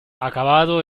acabado